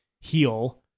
heal